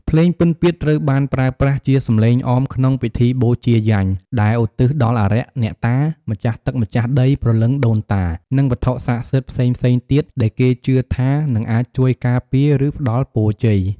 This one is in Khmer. ភ្លេងពិណពាទ្យត្រូវបានប្រើប្រាស់ជាសំឡេងអមក្នុងពិធីបូជាយញ្ញដែលឧទ្ទិសដល់អារក្ស អ្នកតា ម្ចាស់ទឹកម្ចាស់ដី ព្រលឹងដូនតា និងវត្ថុស័ក្តិសិទ្ធិផ្សេងៗទៀតដែលគេជឿថានឹងអាចជួយការពារ ឬផ្តល់ពរជ័យ។